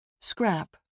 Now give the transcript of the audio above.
Scrap